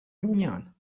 میان